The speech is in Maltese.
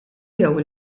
jew